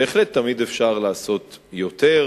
בהחלט תמיד אפשר לעשות יותר,